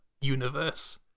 universe